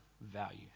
value